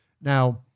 Now